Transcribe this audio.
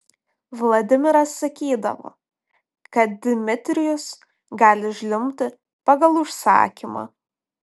vladimiras sakydavo kad dmitrijus gali žliumbti pagal užsakymą